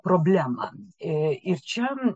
problemą ir čia